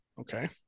Okay